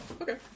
Okay